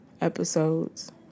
Episodes